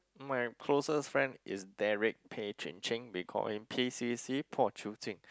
my closest friend is Derrick Peh Chin Ching we call him P_C_C